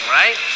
right